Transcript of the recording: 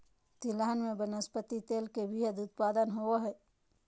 तिलहन में वनस्पति तेल के वृहत उत्पादन होबो हइ